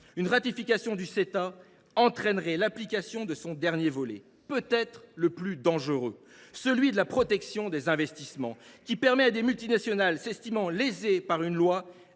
une ratification du Ceta entraînerait l’application de son dernier volet, peut être le plus dangereux, celui de la protection des investissements, qui permet à des multinationales s’estimant lésées par une loi